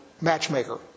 matchmaker